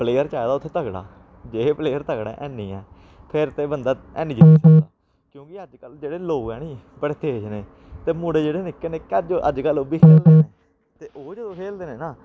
player चाहिदा उत्थै तगड़ा जे प्लेयर तगड़ा हैनी ऐ फिर ते बंदा हैनी दा क्योंकि अज्जकल जेह्ड़े लोक ह ऐ न बड़े तेज़ न ते मुड़े जेह्ड़े निक्के निक्के अज्जकल ओह् बी खेलदे न ते ओह् जदूं खेलदे न ना